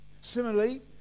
Similarly